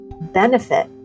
benefit